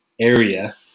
area